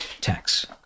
tax